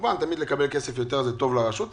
כמובן שלקבל כסף יותר זה טוב לרשות.